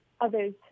others